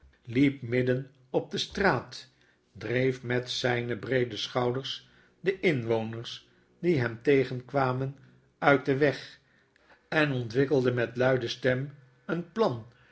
liep midden op de straat dreef met zyne breede schouders de inwoners die hem tegenkwamen uit den weg en ontwikkelde met luide stem een plan